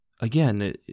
again